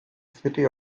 city